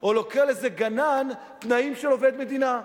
או לכל איזה גנן תנאים של עובד מדינה.